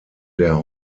der